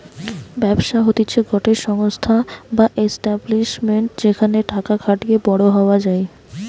ব্যবসা হতিছে গটে সংস্থা বা এস্টাব্লিশমেন্ট যেখানে টাকা খাটিয়ে বড়ো হওয়া যায়